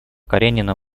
каренина